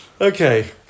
Okay